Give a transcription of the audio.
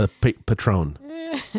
Patron